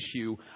issue